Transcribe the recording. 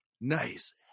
nice